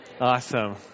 awesome